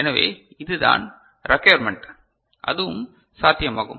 எனவே இது தான் ரேகொயர்மென்ட் அதுவும் சாத்தியமாகும்